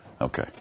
Okay